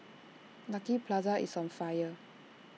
Lucky Plaza is on fire